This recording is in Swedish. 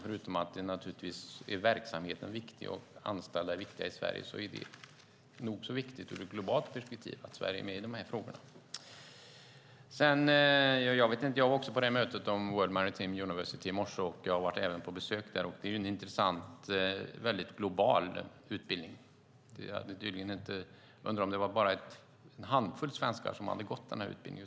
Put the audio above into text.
Förutom att verksamheten och anställda i Sverige är viktiga är det nog så viktigt i ett globalt perspektiv att Sverige är med i dessa frågor. Jag var också på mötet om World Maritime University i morse. Jag har också besökt skolan. Det är en mycket global utbildning. Det är bara en handfull svenskar som har gått denna utbildning.